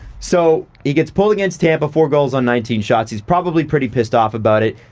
so he gets pulled against tampa, four goals on nineteen shots, he's probably pretty pissed off about it.